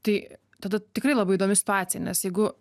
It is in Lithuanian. tai tada tikrai labai įdomi situacija nes jeigu